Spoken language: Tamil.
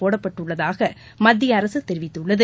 போடப்பட்டுள்ளதாகமத்திய அரசுதெரிவித்துள்ளது